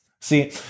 See